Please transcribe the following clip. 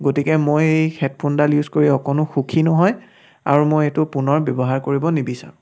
গতিকে মই এই হেডফোনডাল ইউজ কৰি অকণো সুখী নহয় আৰু মই এইটো পুনৰ ব্যৱহাৰ কৰিব নিবিচাৰোঁ